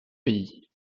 pays